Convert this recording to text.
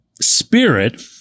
spirit